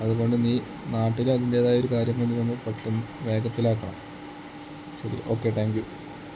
അതുകൊണ്ട് നീ നാട്ടിൽ അതിൻറേതായ ഒരു കാര്യം എന്ന് പെട്ടന്ന് വേഗത്തിലാക്കണം ശരി ഓക്കെ ടാങ്ക് യൂ